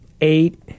eight